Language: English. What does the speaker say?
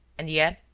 and yet,